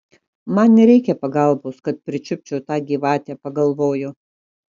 man nereikia pagalbos kad pričiupčiau tą gyvatę pagalvojo